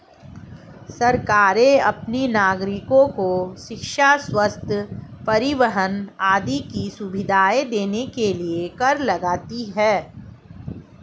सरकारें अपने नागरिको शिक्षा, स्वस्थ्य, परिवहन आदि की सुविधाएं देने के लिए कर लगाती हैं